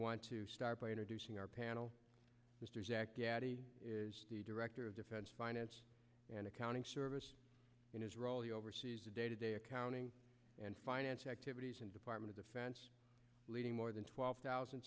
want to start by introducing our panel mister director of defense finance and accounting service in his role he oversees the day to day accounting and finance activities and department of leading more than twelve thousand